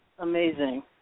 Amazing